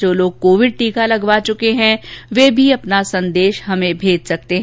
जो लोग कोविड टीका लगवा चुके हैं वे भी अपना संदेश मेज सकते हैं